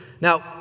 Now